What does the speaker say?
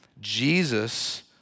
Jesus